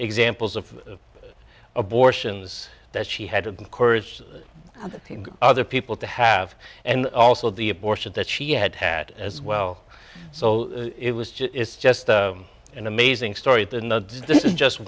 examples of abortions that she had of course other people to have and also the abortions that she had had as well so it was just it's just an amazing story to not just